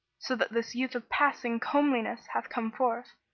so that this youth of passing comeliness hath come forth.